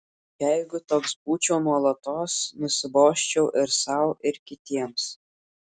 jeigu toks būčiau nuolatos nusibosčiau ir sau ir kitiems